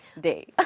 day